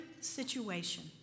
situation